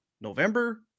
November